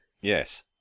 yes